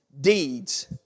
deeds